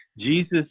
Jesus